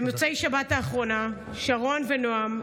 במוצאי שבת האחרונה שרון ונעם,